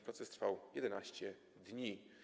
Proces trwał 11 dni.